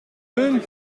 hun